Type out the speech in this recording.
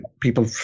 people